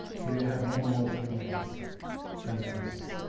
so you have many more females then males.